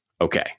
Okay